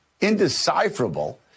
indecipherable